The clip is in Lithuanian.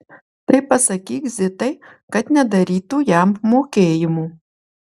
tai pasakyk zitai kad nedarytų jam mokėjimų